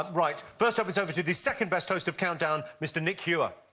um right, first up, it's over to the second best host of countdown, mr nick hewer.